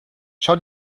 schau